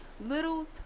little